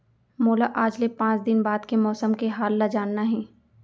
मोला आज ले पाँच दिन बाद के मौसम के हाल ल जानना हे?